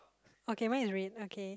okay mine is red okay